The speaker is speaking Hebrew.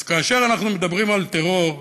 אז כאשר אנחנו מדברים על טרור,